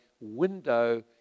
window